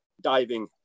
diving